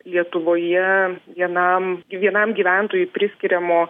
lietuvoje vienam vienam gyventojui priskiriamo